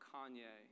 Kanye